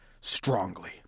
strongly